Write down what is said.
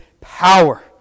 power